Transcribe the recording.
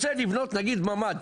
רוצה לבנות, נגיד, ממ"ד.